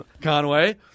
Conway